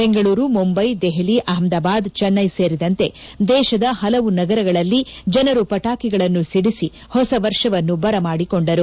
ಬೆಂಗಳೂರು ಮುಂಬಯಿ ದೆಹಲಿ ಅಹಮದಾಬಾದ್ ಚೆನ್ನೈ ಸೇರಿದಂತೆ ದೇಶದ ಪಲವು ನಗರಳಲ್ಲಿ ಜನರು ಪಟಾಕಿಗಳನ್ನು ಸಿಡಿಸಿ ಹೊಸವರ್ಷವನ್ನು ಬರ ಮಾಡಿಕೊಂಡರು